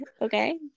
Okay